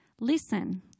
Listen